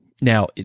Now